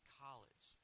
college